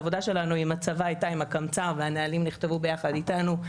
העבודה שלנו עם הצבא הייתה עם הקמצ"ר והנהלים נכתבו ביחד איתנו.